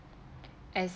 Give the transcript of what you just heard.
as